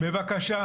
בבקשה.